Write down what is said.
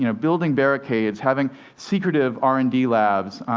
you know building barricades, having secretive r and d labs,